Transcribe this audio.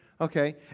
Okay